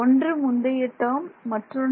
ஒன்று முந்தைய டேர்ம் மற்றொன்று